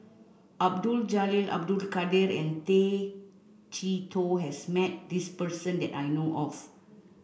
Abdul Jalil Abdul Kadir and Tay Chee Toh has met this person that I know of